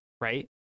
right